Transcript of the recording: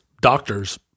doctors